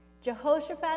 Jehoshaphat